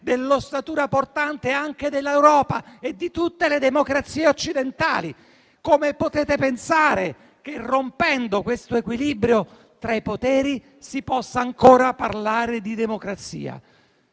dell'ossatura portante anche dell'Europa e di tutte le democrazie occidentali. Come potete pensare che, rompendo questo equilibrio tra i poteri, si possa ancora parlare di democrazia?